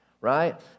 right